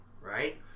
right